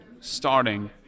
starting